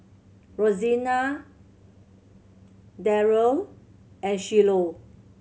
Rosena Daryle and Shiloh